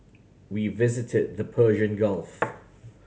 we visited the Persian Gulf